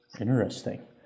Interesting